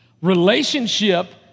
Relationship